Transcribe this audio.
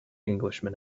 englishman